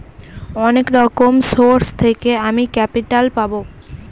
অনেক রকম সোর্স থেকে আমি ক্যাপিটাল পাবো